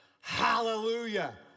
hallelujah